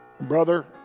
Brother